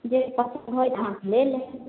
जे पसंद होयत अहाँकऽ ले लेब